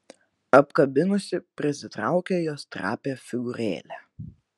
apkabinusi prisitraukė jos trapią figūrėlę